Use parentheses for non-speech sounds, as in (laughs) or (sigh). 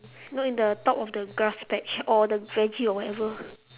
no in the top of the grass patch (laughs) or the veggie or whatever